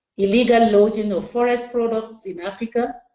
illegal logging of forest products in africa,